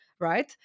right